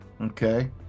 Okay